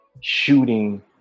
shooting